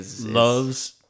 Loves